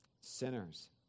sinners